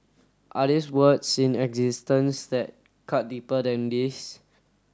are this words in existence that cut deeper than these